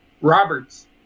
Roberts